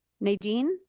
nadine